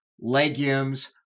legumes